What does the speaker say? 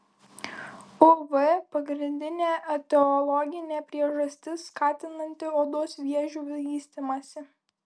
uv pagrindinė etiologinė priežastis skatinanti odos vėžių vystymąsi